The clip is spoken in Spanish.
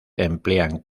emplean